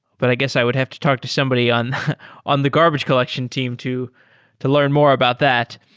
but i guess i would have to talk to somebody on on the garbage collection team to to learn more about that.